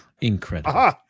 Incredible